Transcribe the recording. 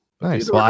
Nice